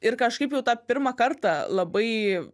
ir kažkaip jau tą pirmą kartą labai